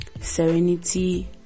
Serenity